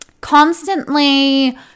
constantly